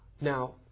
Now